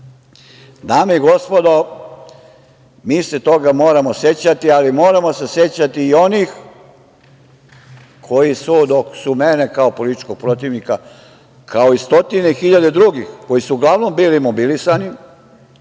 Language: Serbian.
i gospodo, mi se toga moramo sećati, ali moramo se sećati i onih koji su kao ja, politički protivnik, kao i stotine hiljade drugih koji su uglavnom bili mobilisani,